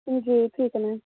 جی ٹھیک ہے میم